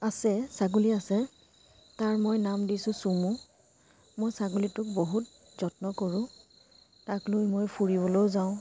আছে ছাগলী আছে তাৰ মই নাম দিছোঁ চুমু মই ছাগলীটোক বহুত যত্ন কৰোঁ তাক লৈ মই ফুৰিবলৈও যাওঁ